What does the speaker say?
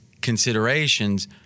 considerations